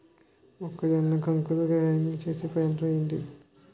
మొక్కజొన్న కంకులు గ్రైండ్ చేసే యంత్రం ఏంటి?